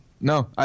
No